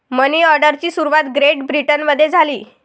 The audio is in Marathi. मनी ऑर्डरची सुरुवात ग्रेट ब्रिटनमध्ये झाली